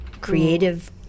creative